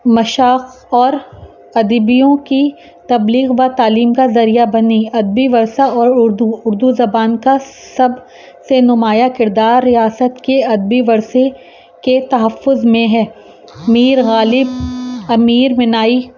مشاق اور ادیبوں کی تبلیغ و تعلیم کا ذریعہ بنی ادبی ورثہ اور اردو اردو زبان کا سب سے نمایاں کردار ریاست کے ادبی ورثے کے تحفظ میں ہے میر غالب امیر مینائی